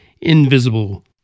invisible